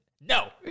No